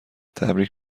تبریک